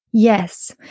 Yes